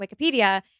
Wikipedia